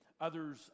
Others